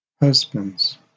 Husbands